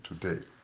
today